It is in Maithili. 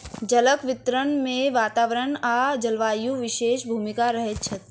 जलक वितरण मे वातावरण आ जलवायुक विशेष भूमिका रहैत अछि